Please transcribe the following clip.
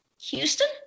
Houston